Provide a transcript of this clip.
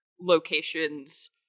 locations